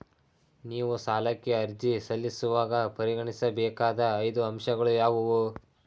ನೀವು ಸಾಲಕ್ಕೆ ಅರ್ಜಿ ಸಲ್ಲಿಸುವಾಗ ಪರಿಗಣಿಸಬೇಕಾದ ಐದು ಅಂಶಗಳು ಯಾವುವು?